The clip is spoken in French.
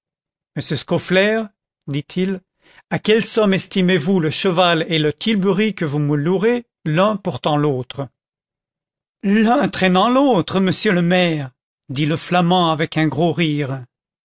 scaufflaire dit-il à quelle somme estimez-vous le cheval et le tilbury que vous me louerez l'un portant l'autre l'un traînant l'autre monsieur le maire dit le flamand avec un gros rire